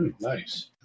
Nice